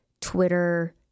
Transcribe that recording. Twitter